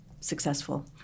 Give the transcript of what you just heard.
successful